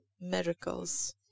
miracles